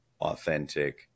authentic